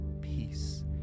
peace